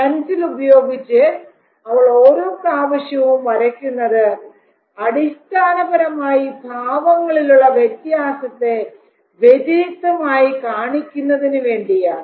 pencil ഉപയോഗിച്ച് അവൾ ഓരോ പ്രാവശ്യവും വരയ്ക്കുന്നത് അടിസ്ഥാനപരമായി ഭാവങ്ങളിലുള്ള വ്യത്യാസത്തെ വ്യതിരിക്തമായി കാണിക്കുന്നതിന് വേണ്ടിയാണ്